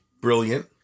brilliant